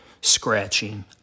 scratching